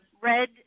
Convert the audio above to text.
red